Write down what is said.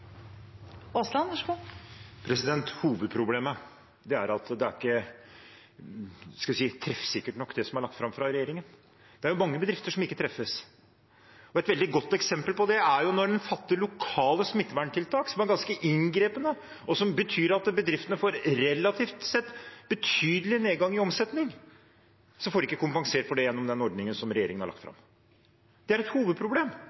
Hovedproblemet er at det ikke er – skal vi si – treffsikkert nok, det som er lagt fram fra regjeringen. Det er mange bedrifter som ikke treffes. Et veldig godt eksempel på det er at når en fatter lokale smitteverntiltak som er ganske inngripende, og som betyr at bedriftene relativt sett får betydelig nedgang i omsetning, får de ikke kompensert for det gjennom den ordningen som regjeringen har lagt fram. Det er et hovedproblem,